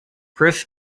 chris